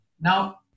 Now